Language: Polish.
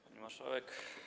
Pani Marszałek!